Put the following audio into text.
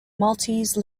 maltese